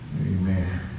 Amen